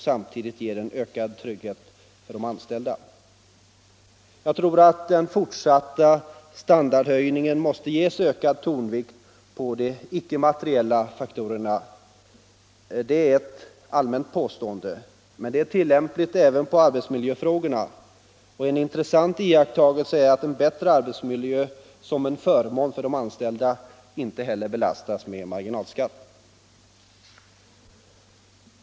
Samtidigt ger det också ökad trygghet för de anställda. Jag tror att den fortsatta standardhöjningen måste i ökad utsträckning tas ut i form av satsning på de icke-materiella faktorerna. Det är ett allmänt påstående, men det är tillämpligt även på arbetsmiljöfrågorna. En intressant iakttagelse är att en bättre arbetsmiljö som en förmån för de anställda inte heller belastas med marginalskatt.